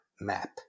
map